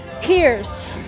peers